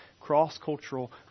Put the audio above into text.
cross-cultural